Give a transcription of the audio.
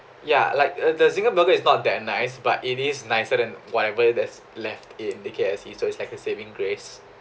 ya like uh the zinger burger is not that nice but it is nicer than whatever that's left in the K_F_C so it's like the saving grace